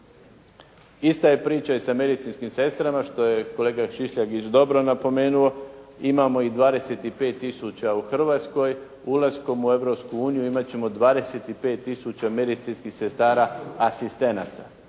Ista je priča i sa medicinskim sestrama što je kolega Šišljagić dobro napomenuo, imamo ih 25 tisuća u Hrvatskoj, ulaskom u Europsku uniju imati ćemo 25 tisuća medicinskih sestara asistenata.